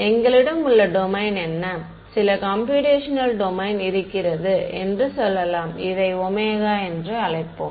எங்களிடம் உள்ள டொமைன் என்ன சில கம்பியூட்டேஷனல் டொமைன் இருக்கிறது என்று சொல்லலாம் இதை Ω என்று அழைப்போம்